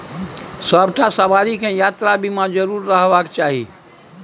सभटा सवारीकेँ यात्रा बीमा जरुर रहबाक चाही